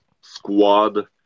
squad